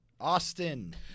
Austin